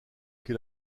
que